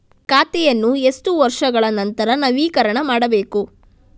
ಖಾತೆಯನ್ನು ಎಷ್ಟು ವರ್ಷಗಳ ನಂತರ ನವೀಕರಣ ಮಾಡಬೇಕು?